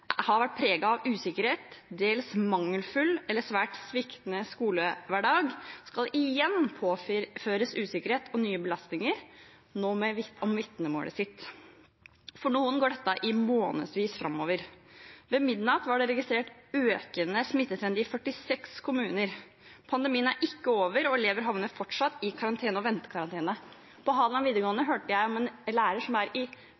har vært preget av usikkerhet, dels mangelfull eller svært sviktende skolehverdag, skal igjen påføres usikkerhet og nye belastninger, nå om vitnemålet sitt. For noen går dette i månedsvis framover. Ved midnatt var det registrert økende smittetrend i 46 kommuner. Pandemien er ikke over, og elever havner fortsatt i karantene og ventekarantene. På Hadeland videregående hørte jeg om en lærer som er i